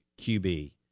QB